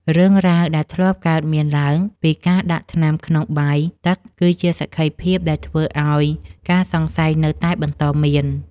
រឿងរ៉ាវដែលធ្លាប់កើតមានឡើងពីការដាក់ថ្នាំក្នុងបាយទឹកគឺជាសក្ខីភាពដែលធ្វើឱ្យការសង្ស័យនៅតែបន្តមាន។